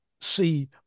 see